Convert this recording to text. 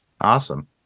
Awesome